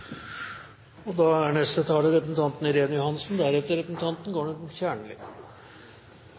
Fremskrittspartiet? Da er neste taler representanten Knut Arild Hareide, og deretter representanten